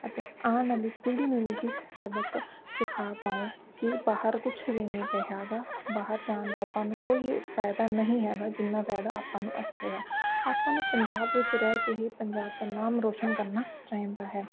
ਅਤੇ ਆਉਣ ਵਾਲੀ ਪੀੜ੍ਹੀ ਨੂੰ ਵੀ ਇਹ ਹੀ ਸ ਸਬਕ ਸਿਖਾ ਪਾਓ ਕਿ ਬਾਹਰ ਕੁਛ ਵੀ ਨਹੀਂ ਪਿਆ ਹੈਗਾ ਬਾਹਰ ਜਾਣ ਦੇ ਆਪਾਂ ਨੂੰ ਕੋਈ ਫ਼ਾਇਦਾ ਨਹੀਂ ਹੈਗਾ ਜਿੰਨਾ ਫ਼ਾਇਦਾ ਆਪਾਂ ਨੂੰ ਇੱਥੇ ਆ ਆਪਾਂ ਨੂੰ ਪੰਜਾਬ ਵਿੱਚ ਰਹਿ ਕੇ ਹੀ ਪੰਜਾਬ ਦਾ ਨਾਮ ਰੋਸ਼ਨ ਕਰਨਾ ਚਾਹੀਦਾ ਹੈ